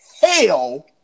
hell